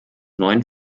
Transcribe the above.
neuen